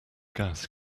gas